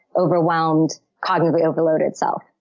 overwhelmed, cognitively-overloaded self.